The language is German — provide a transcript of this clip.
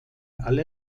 alle